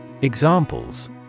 Examples